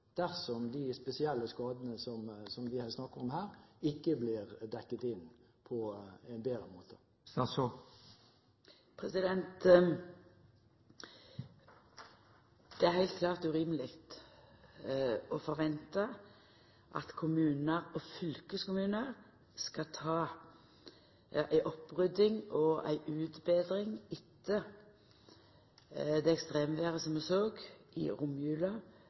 dersom de spesielle skadene som vi snakker om her, ikke blir dekket inn på en bedre måte? Det er heilt klart urimeleg å forventa at kommunar og fylkeskommunar skal ta ei opprydding og ei utbetring etter det ekstremvêret som vi såg i romjula,